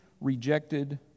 rejected